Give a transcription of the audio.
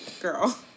girl